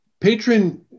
patron